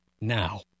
Now